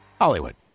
Hollywood